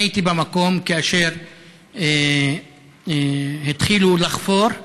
אני הייתי במקום כאשר התחילו לחפור,